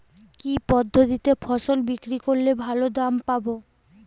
কি পদ্ধতিতে ফসল বিক্রি করলে ভালো দাম পাব?